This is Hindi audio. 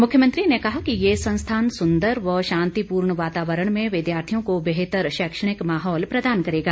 मुख्यमंत्री ने कहा कि ये संस्थान सुंदर व शांतिपूर्ण वातावरण में विद्यार्थियों को बेहतर शैक्षणिक माहौल प्रदान करेगा